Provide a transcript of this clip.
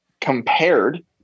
compared